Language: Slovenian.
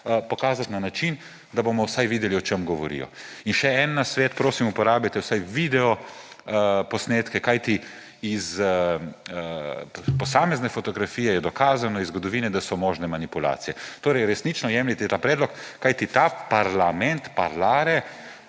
pokazati na način, da bomo vsaj videli, o čem govorijo. Še en nasvet. Prosim, uporabite vsaj videoposnetke, kajti iz posamezne fotografije je dokazano iz zgodovine, da so možne manipulacije. Torej resnično jemljite ta predlog, kajti ta parlament, »parlare«,